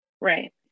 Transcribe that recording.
Right